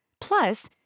Plus